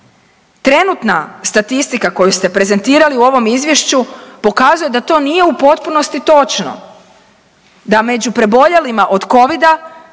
trenutna statistika koju ste prezentirali u ovom izvješću pokazuje da to nije u potpunosti točno, da među preboljelima od covida